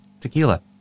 tequila